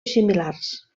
similars